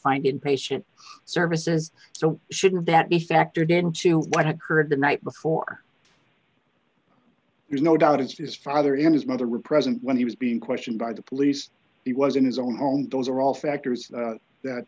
find in patient services so shouldn't that be factored into what occurred the night before there's no doubt it's his father in his mother would present when he was being questioned by the police he was in his own home those are all factors